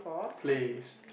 place